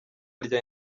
rya